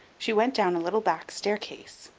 she went down a little back staircase,